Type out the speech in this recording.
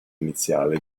iniziale